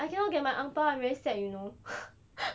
I cannot get my ang pao I very sad you know